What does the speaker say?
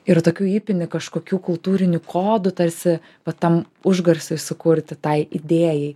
ir tokių įpini kažkokių kultūrinių kodų tarsi va tam užgarsiui sukurti tai idėjai